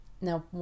Now